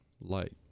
light